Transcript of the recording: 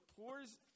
pours